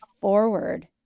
forward